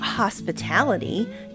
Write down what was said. hospitality